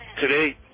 today